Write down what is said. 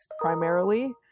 primarily